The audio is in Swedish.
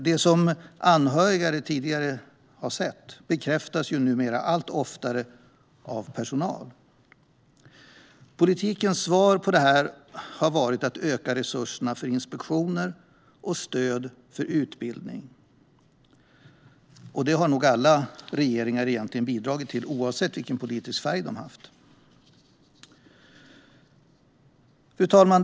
Det som anhöriga tidigare har sett bekräftas numera allt oftare av personal. Politikens svar på detta har varit att öka resurserna för inspektioner och stöd för utbildning. Det har nog alla regeringar bidragit till oavsett politisk färg. Fru talman!